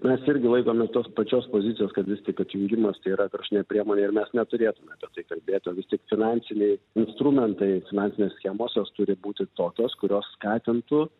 mes irgi laikomės tos pačios pozicijos kad vis tik atjungimas tai yra kraštutinė priemonė ir mes neturėtume apie tai kalbėti o vis tik finansiniai instrumentai finansinės schemos jos turi būti tokios kurios skatintų